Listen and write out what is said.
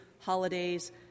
holidays